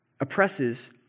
oppresses